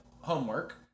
homework